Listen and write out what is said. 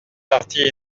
partie